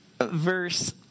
verse